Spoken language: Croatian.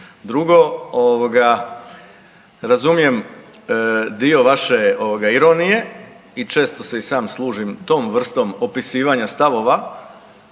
ovoga, razumijem dio vaše ovoga ironije i često se i sam služim tom vrstom opisivanja stavova,